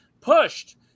pushed